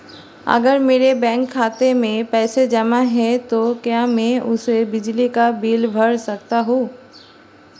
अगर मेरे बैंक खाते में पैसे जमा है तो क्या मैं उसे बिजली का बिल भर सकता हूं?